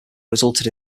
resulted